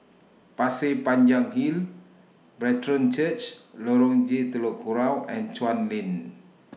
Pasir Panjang Hill Brethren Church Lorong J Telok Kurau and Chuan Lane